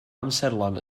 amserlen